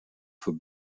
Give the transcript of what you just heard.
für